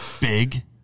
Big